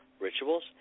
rituals